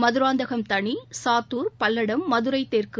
மதுராந்தகம் தனி சாத்தூர் பல்லடம் மதுரைதெற்கு